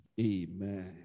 Amen